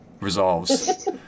Resolves